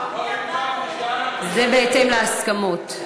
זה בהתאם להסכמות.